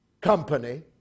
company